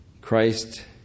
Christ